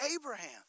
abraham